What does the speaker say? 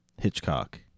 Hitchcock